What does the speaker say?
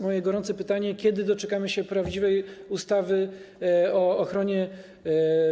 Moje gorące pytanie: Kiedy doczekamy się prawdziwej ustawy o ochronie